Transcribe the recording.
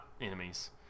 enemies